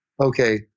Okay